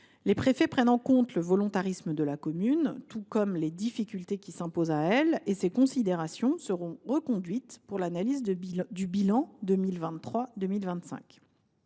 Les préfets prennent en compte le volontarisme de la commune, tout comme les difficultés qui s’imposent à elle. Ces considérations seront reconduites pour l’analyse du bilan 2023 2025.